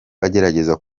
bagerageza